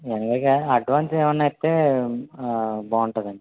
ఎనభైకా advance ఏమైనా ఇస్తే బాగుంటుందండి